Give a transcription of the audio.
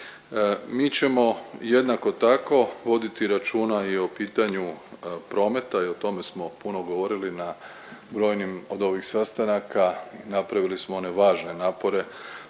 Mi ćemo jednako tako voditi računa i o pitanju prometa i o tome smo puno govorili na brojnim od ovih sastanaka, napravili smo one važne napore,